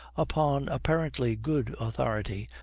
upon apparently good authority,